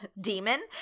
demon